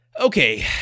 Okay